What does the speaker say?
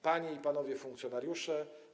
Panie i Panowie Funkcjonariusze!